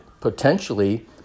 potentially